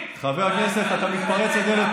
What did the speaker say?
חבר הכנסת שחאדה,